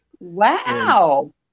Wow